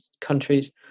countries